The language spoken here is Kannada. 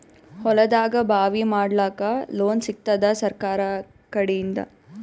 ಹೊಲದಾಗಬಾವಿ ಮಾಡಲಾಕ ಲೋನ್ ಸಿಗತ್ತಾದ ಸರ್ಕಾರಕಡಿಂದ?